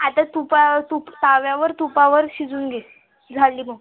आता तुपा तूप तव्यावर तुपावर शिजून घे झाली मग